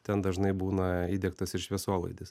ten dažnai būna įdiegtas ir šviesolaidis